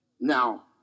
Now